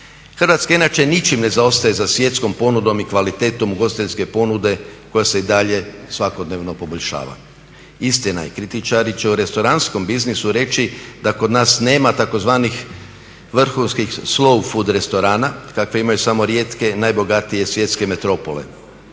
Hrvatska inače ničim ne zaostaje za svjetskom ponudom i kvalitetom ugostiteljske ponude koja se i dalje svakodnevno poboljšava. Istina je, kritičari će o restoranskom biznisu reći da kod nas nema tzv. vrhunskih slow food restorana kakve imaju samo rijetke i najbogatije svjetske metropole.